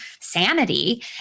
sanity